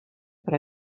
per